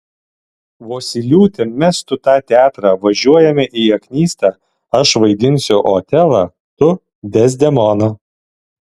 vosyliūte mesk tu tą teatrą važiuojame į aknystą aš vaidinsiu otelą tu dezdemoną